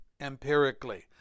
empirically